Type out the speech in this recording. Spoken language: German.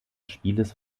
spieles